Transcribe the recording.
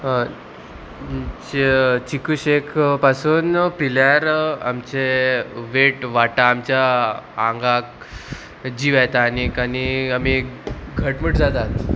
चिकूशेक पासून पिल्यार आमचे वेट वाडटा आमच्या आंगाक जीव येता आनीक आनी आमी घटमूट जातात